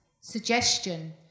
Suggestion